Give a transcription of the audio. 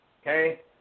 Okay